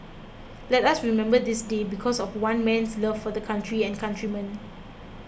let us remember this day because of one man's love for the country and countrymen